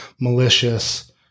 malicious